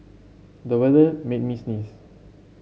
the weather made me sneeze